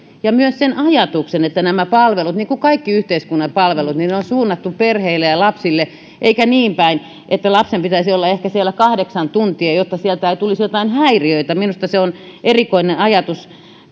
ja myös sen ajatuksen että nämä palvelut niin kuin kaikki yhteiskunnan palvelut on on suunnattu perheille ja lapsille eikä ole niinpäin että lapsen pitäisi ehkä olla siellä kahdeksan tuntia jotta siellä ei tulisi joitain häiriöitä minusta se on erikoinen ajatus